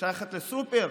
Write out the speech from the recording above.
אפשר ללכת לסופר,